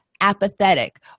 apathetic